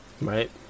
Right